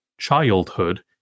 childhood